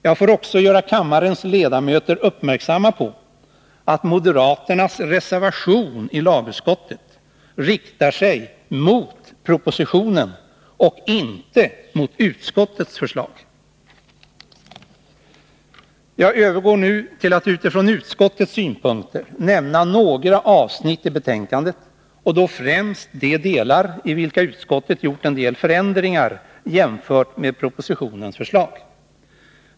Jag får också göra kammarens ledamöter uppmärksamma på att moderaternas reservation i lagutskottet riktar sig mot propositionen och inte mot utskottets förslag. Jag övergår nu till att utifrån utskottets synpunkter nämna några avsnitt i betänkandet, och då främst de delar i vilka utskottet föreslagit en del förändringar jämfört med propositionens förslag.